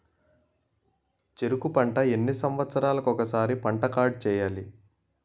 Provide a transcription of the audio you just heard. చెరుకు పంట ఎన్ని సంవత్సరాలకి ఒక్కసారి పంట కార్డ్ చెయ్యాలి?